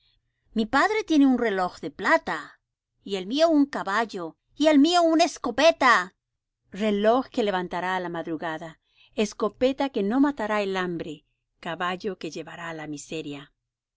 mi padre tiene un reloj de plata y el mío un caballo y el mío una escopeta reloj que levantará á la madrugada escopeta que no matará el hambre caballo que llevará á la miseria